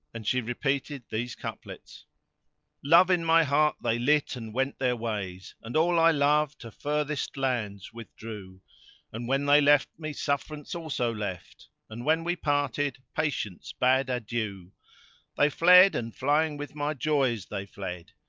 and she repeated these couplets love in my heart they lit and went their ways, and all i love to furthest lands withdrew and when they left me sufferance also left, and when we parted patience bade adieu they fled and flying with my joys they fled,